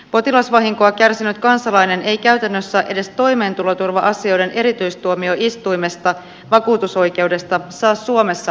potilasvahinkoa kärsinyt kansalainen ei käytännössä edes toimeentuloturva asioiden erityistuomioistuimesta vakuutusoi keudesta saa suomessa oikeutta